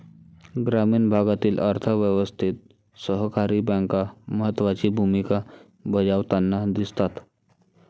ग्रामीण भागातील अर्थ व्यवस्थेत सहकारी बँका महत्त्वाची भूमिका बजावताना दिसतात